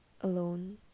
alone